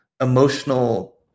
emotional